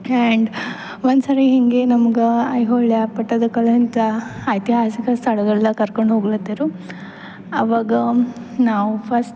and ಒಂದ್ಸರಿ ಹೀಗೆ ನಮ್ಗೆ ಐಹೊಳೆ ಪಟ್ಟದಕಲ್ಲು ಅಂತ ಐತಿಹಾಸಿಕ ಸ್ಥಳಗಳಿಗೆಲ್ಲ ಕರ್ಕೊಂಡು ಹೋಗ್ಲತ್ತಿರು ಆವಾಗ ನಾವು ಫಸ್ಟ್